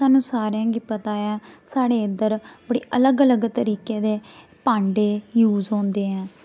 सानूं सारें गी पता ऐ साढ़े इद्धर बड़े अलग अलग तरीके दे भांडे यूस होंदे ऐ